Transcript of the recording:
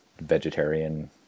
vegetarian